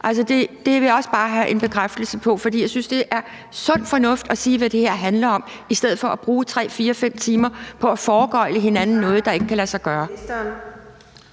Det vil jeg også bare have en bekræftelse på, for jeg synes, det er sund fornuft at sige, hvad det her handler om, i stedet for at bruge 3, 4, 5 timer på at foregøgle hinanden noget, der ikke kan lade sig gøre.